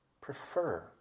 prefer